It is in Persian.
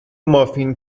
مافین